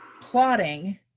plotting